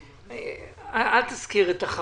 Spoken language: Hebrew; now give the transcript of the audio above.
אל תזכיר את החרדים.